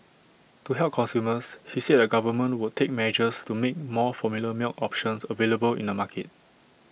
to help consumers he said the government would take measures to make more formula milk options available in the market